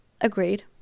Agreed